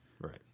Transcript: Right